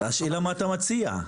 מה אתה מציע?